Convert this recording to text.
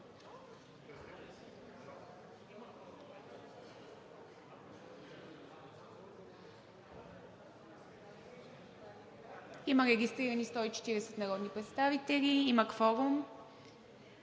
Има регистрирани 140 народни представители. Има кворум.